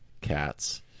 cats